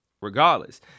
regardless